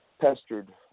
Pestered